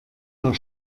war